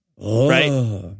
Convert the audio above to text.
Right